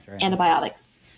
antibiotics